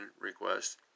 request